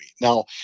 now